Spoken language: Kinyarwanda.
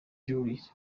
jolis